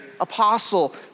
apostle